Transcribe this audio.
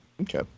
Okay